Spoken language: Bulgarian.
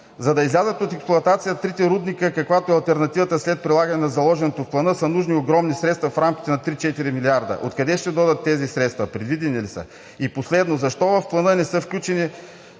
За да излязат от експлоатация трите рудника, каквато е алтернативата след прилагане на заложеното в Плана, са нужни огромни средства в рамките на 3 – 4 милиарда. Откъде ще дойдат тези средства, предвидени ли са? И последно, защо в Плана не са включени